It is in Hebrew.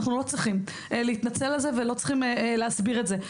אנחנו לא צריכים להתנצל על זה ולא צריכים להסביר את זה.